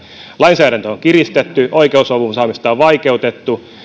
lainsäädäntöä on kiristetty oikeus avun saamista on vaikeutettu